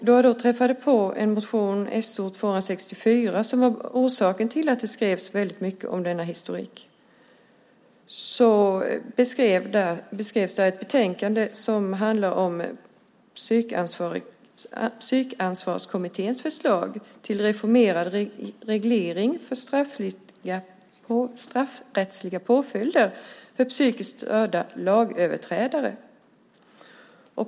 I motion So264, som var orsaken till att det skrevs mycket om denna historik, beskrivs ett betänkande som handlar om Psykansvarskommitténs förslag till reformerad reglering för straffrättsliga påföljder för psykiskt störda lagöverträdare.